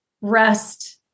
rest